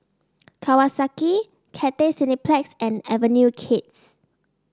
Kawasaki Cathay Cineplex and Avenue Kids